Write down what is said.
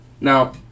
Now